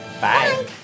Bye